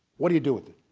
what do you do with it?